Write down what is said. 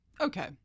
Okay